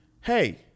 Hey